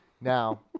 Now